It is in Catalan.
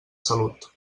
salut